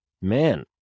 Man